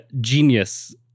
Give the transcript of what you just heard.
genius